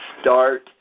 start